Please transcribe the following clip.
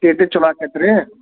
T T ಚಲೋ ಆಗ್ತೈತೆ ರೀ